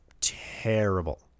terrible